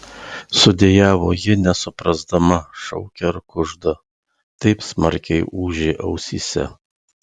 sudejavo ji nesuprasdama šaukia ar kužda taip smarkiai ūžė ausyse